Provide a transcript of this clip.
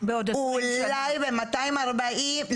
אולי ב-2040,